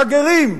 כגרים,